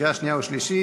קריאה שנייה ושלישית.